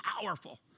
powerful